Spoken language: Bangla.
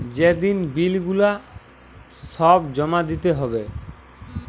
যে দিন বিল গুলা সব জমা দিতে হ্যবে